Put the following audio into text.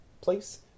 place